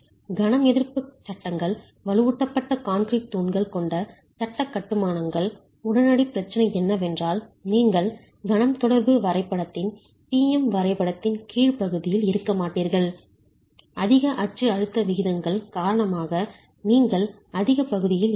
கணம் எதிர்ப்பு சட்டங்கள் வலுவூட்டப்பட்ட கான்கிரீட் தூண்கள் கொண்ட சட்ட கட்டுமானங்கள் உடனடி பிரச்சனை என்னவென்றால் நீங்கள் கணம் தொடர்பு வரைபடத்தின் P M வரைபடத்தின் கீழ் பகுதியில் இருக்க மாட்டீர்கள் அதிக அச்சு அழுத்த விகிதங்கள் காரணமாக நீங்கள் அதிக பகுதியில் இருப்பீர்கள்